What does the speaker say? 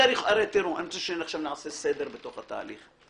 אני רוצה שעכשיו נעשה סדר בתוך התהליך.